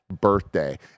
birthday